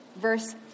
verse